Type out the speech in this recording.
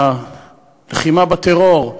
הלחימה בטרור,